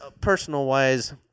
Personal-wise